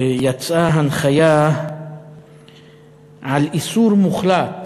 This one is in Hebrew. שם יצאה הנחיה על איסור מוחלט,